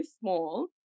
small